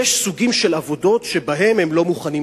יש סוגים של עבודות שבהן הם לא מוכנים לעבוד.